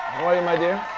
how are you my dear?